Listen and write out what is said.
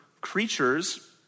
creatures